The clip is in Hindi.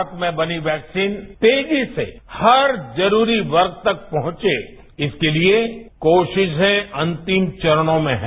भारत में बनी वैक्सीन तेजी से हर जरूरी वर्ण तक पहुंचे इसके लिए कोशिसें अंतिम चरणों में हैं